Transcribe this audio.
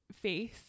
face